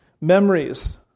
memories